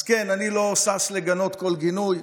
אז כן, אני לא שש לגנות כל גינוי,